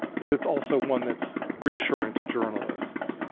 but it's also one that's reassuring to journalists.